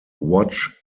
watch